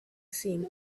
seemed